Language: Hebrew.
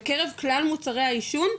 בקרב כלל מוצרי העישון,